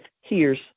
hears